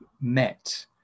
met